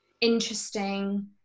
interesting